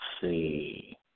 see